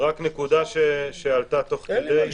רק נקודה שעלתה תוך כדי.